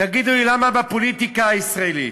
תגידו לי למה בפוליטיקה הישראלית,